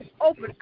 open